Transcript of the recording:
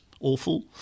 awful